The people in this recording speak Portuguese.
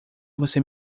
você